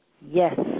Yes